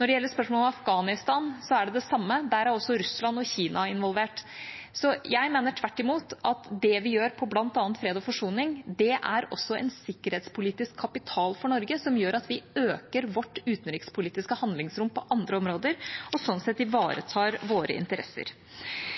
Når det gjelder spørsmålet om Afghanistan, er det det samme – der er også Russland og Kina involvert. Så jeg mener tvert imot at det vi gjør på bl.a. fred og forsoning, også er en sikkerhetspolitisk kapital for Norge som gjør at vi øker vårt utenrikspolitiske handlingsrom på andre områder, og sånn sett ivaretar våre interesser.